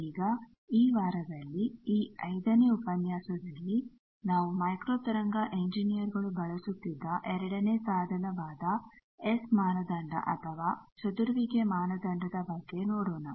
ಈಗ ಈ ವಾರದಲ್ಲಿ ಈ 5ನೇ ಉಪನ್ಯಾಸದಲ್ಲಿ ನಾವು ಮೈಕ್ರೋ ತರಂಗ ಇಂಜಿನಿಯರ್ ಗಳು ಬಳಸುತ್ತಿದ್ದ ಎರಡನೇ ಸಾಧನವಾದ ಎಸ್ ಮಾನದಂಡ ಅಥವಾ ಚದುರುವಿಕೆ ಮಾನದಂಡದ ಬಗ್ಗೆ ನೋಡೊಣ